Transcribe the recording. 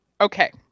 Okay